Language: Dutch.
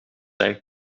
zijn